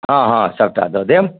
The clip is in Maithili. हँ हँ सबटा दऽ देब